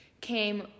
came